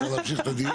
אפשר להמשיך את הדיון?